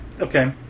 okay